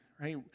right